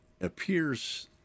appears